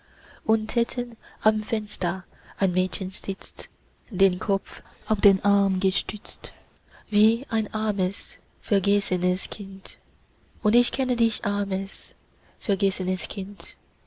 daß am untern fenster ein mädchen sitzt den kopf auf den arm gestützt wie ein armes vergessenes kind und ich kenne dich armes vergessenes kind